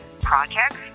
projects